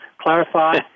Clarify